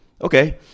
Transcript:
okay